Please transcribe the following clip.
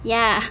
ya